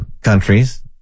countries